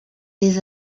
des